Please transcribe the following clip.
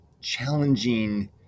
challenging